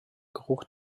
geruch